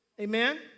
Amen